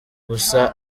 gusa